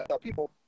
people